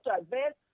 advance